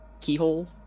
keyhole